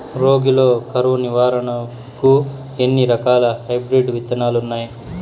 రాగి లో కరువు నివారణకు ఎన్ని రకాల హైబ్రిడ్ విత్తనాలు ఉన్నాయి